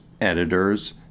editors